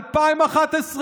2011,